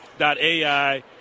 AI